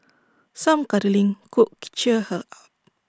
some cuddling could cheer her up